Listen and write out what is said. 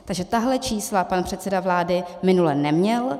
Takže tahle čísla pan předseda vlády minule neměl.